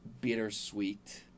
bittersweet